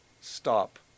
Stop